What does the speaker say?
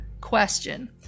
question